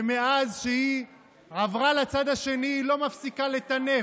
ומאז שהיא עברה לצד השני היא לא מפסיקה לטנף,